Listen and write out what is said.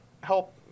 help